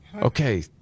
Okay